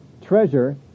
Treasure